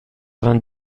vingt